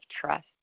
trust